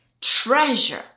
treasure